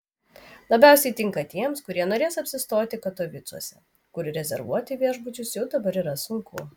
labiausia tinka tiems kurie norės apsistoti katovicuose kur rezervuoti viešbučius jau dabar yra sunku